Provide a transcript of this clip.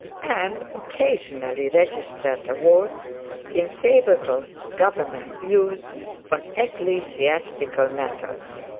and occasionally registered a vote in favour of government view on ecclesiastical matters.